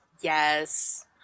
Yes